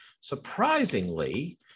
surprisingly